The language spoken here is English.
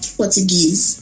portuguese